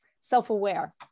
self-aware